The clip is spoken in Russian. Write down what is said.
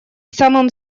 самым